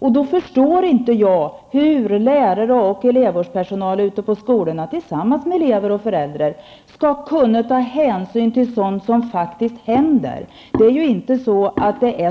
Jag förstår då inte hur lärare och elevvårdspersonal på skolorna tillsammans med elever och föräldrar skall kunna ta hänsyn till sådant som faktiskt händer. Det är ju inte